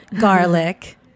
garlic